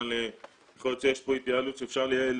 כי יכול להיות שיש כאן התייעלות שאפשר לייעל